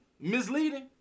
Misleading